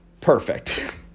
perfect